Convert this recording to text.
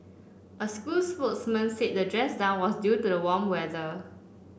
a school spokesman said the dress down was due to the warm weather